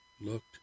looked